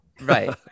Right